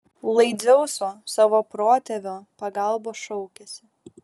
lai dzeuso savo protėvio pagalbos šaukiasi